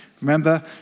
Remember